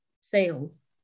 sales